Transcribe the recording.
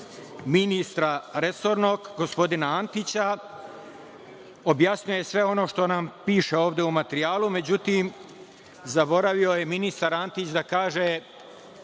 ministra resornog, gospodina Antića. Objasnio je sve ono što nam piše ovde u materijalu. Međutim, zaboravio je ministar Antić da kaže